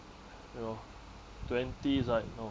you know twenties right you know